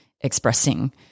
expressing